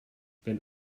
wenn